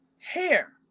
hair